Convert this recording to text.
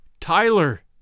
Tyler